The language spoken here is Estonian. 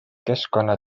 keskkonna